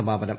സമാപനം